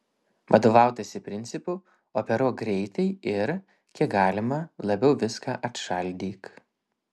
vadovautasi principu operuok greitai ir kiek galima labiau viską atšaldyk